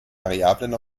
variablen